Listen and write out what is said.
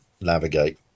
navigate